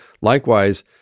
Likewise